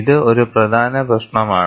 ഇത് ഒരു പ്രധാന പ്രശ്നമാണ്